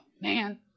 man